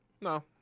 No